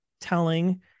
telling